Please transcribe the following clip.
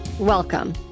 Welcome